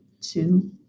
two